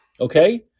Okay